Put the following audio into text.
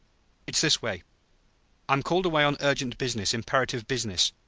it's this way i'm called away on urgent business imperative business.